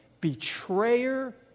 betrayer